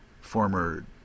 former